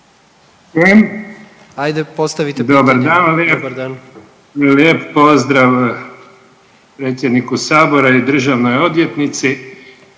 Zvane (Nezavisni)** Dobar dan. Lijep pozdrav predsjedniku sabora i državnoj odvjetnici.